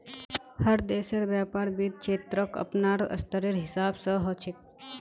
हर देशेर व्यापार वित्त क्षेत्रक अपनार स्तरेर हिसाब स ह छेक